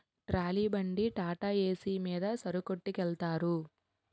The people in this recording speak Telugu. ట్రాలీ బండి టాటాఏసి మీద సరుకొట్టికెలతారు